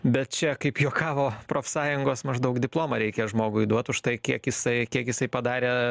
bet čia kaip juokavo profsąjungos maždaug diplomą reikia žmogui duot už tai kiek jisai kiek jisai padarė